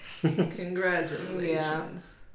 Congratulations